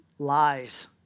Lies